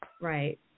Right